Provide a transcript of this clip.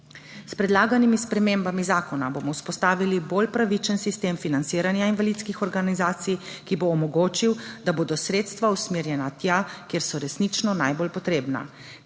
S predlaganimi spremembami zakona bomo vzpostavili bolj pravičen sistem financiranja invalidskih organizacij, ki bo omogočil, da bodo sredstva usmerjena tja, kjer so resnično najbolj potrebna.